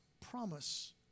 promise